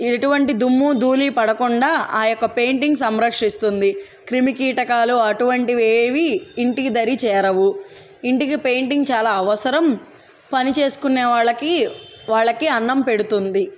ఎటువంటి దుమ్ము దూని పడకుండా ఆ యొక్క పెయింటింగ్ సంరక్షిస్తుంది క్రిమి కీటకాలు అటువంటి ఏవి ఇంటికి ధరి చేరవు ఇంటికి పెయింటింగ్ చాలా అవసరం పనిచేసుకునే వాళ్ళకి వాళ్ళకి అన్నం పెడుతుంది